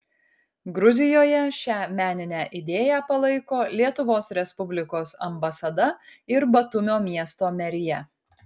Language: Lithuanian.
gruzijoje šią meninę idėją palaiko lietuvos respublikos ambasada ir batumio miesto merija